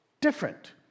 different